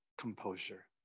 composure